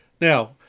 Now